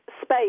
space